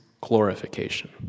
Glorification